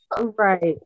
right